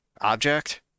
object